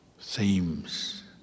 themes